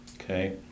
okay